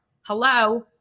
Hello